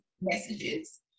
messages